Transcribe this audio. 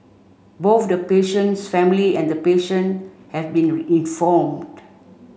both the patient's family and patient have been informed